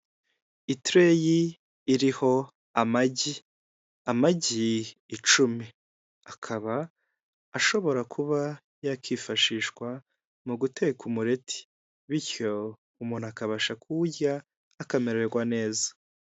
Itereyi iriho amagi, amagi icumi akaba ashobora kuba yakifashishwa mu guteka umureti bityo umuntu akabasha kuwurya akamererwa neza.